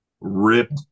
ripped